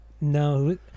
no